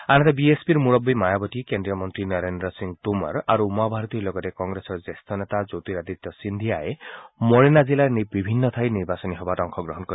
আনহাতে B S পিৰ মূৰববী মায়াৱতী কেন্দ্ৰীয় মন্নী নৰেন্দ্ৰ সিং টোমাৰ আৰু উমা ভাৰতীৰ লগতে কংগ্ৰেছৰ জ্যেষ্ঠ নেতা জ্যোতিৰাদিত্য সিদ্ধিয়াই মোৰেনা জিলাৰ বিভিন্ন ঠাইত নিৰ্বাচনী সভাত অংশগ্ৰহণ কৰিব